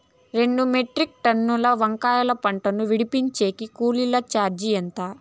రెండు మెట్రిక్ టన్నుల వంకాయల పంట ను విడిపించేకి కూలీ చార్జీలు ఎంత?